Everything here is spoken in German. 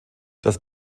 das